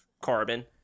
carbon